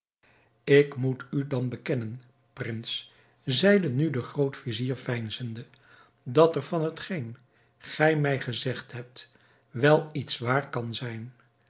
ik moet u dan bekennen prins zeide nu de groot-vizier veinzende dat er van hetgeen gij mij gezegd hebt wel iets waar kan zijn